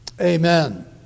Amen